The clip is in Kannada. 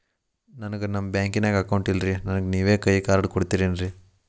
ನನ್ಗ ನಮ್ ಬ್ಯಾಂಕಿನ್ಯಾಗ ಅಕೌಂಟ್ ಇಲ್ರಿ, ನನ್ಗೆ ನೇವ್ ಕೈಯ ಕಾರ್ಡ್ ಕೊಡ್ತಿರೇನ್ರಿ?